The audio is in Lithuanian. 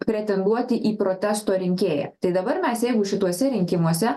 pretenduoti į protesto rinkėją tai dabar mes jeigu šituose rinkimuose